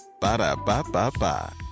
Ba-da-ba-ba-ba